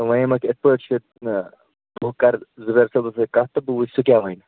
ووٚنمَکھ یِتھٕ پٲٹھۍ چھُ آ بہٕ کَرٕ زُبیٚر صٲبَس سۭتۍ کَتھ تہٕ بہٕ وُچھٕ سُہ کیٛاہ وَنہِ